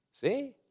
See